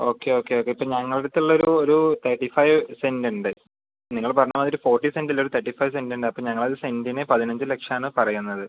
okay okay okay ഇപ്പം ഞങ്ങളുടെ അടുത്തുള്ളെയൊരു ഒരു തേട്ടിഫൈ സെന്റ് ഉണ്ട് നിങ്ങള് പറഞ്ഞ മാതിരി ഫോട്ടി സെന്റ് ഇല്ല തേട്ടി ഫൈ സെന്റുണ്ട് അപ്പൊൾ ഞങ്ങള് സെന്റിന് പതിനഞ്ച് ലക്ഷമാണ് പറയുന്നത്